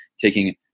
taking